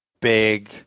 big